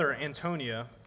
Antonia